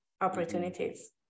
opportunities